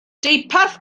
deuparth